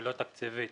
ולא תקציבית.